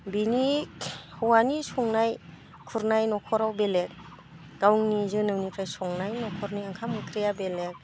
बिनि हौवानि संनाय खुरनाय न'खराव बेलेग गावनि जोनोमनिफ्राय संनाय न'खरनि ओंखाम ओंख्रिया बेलेग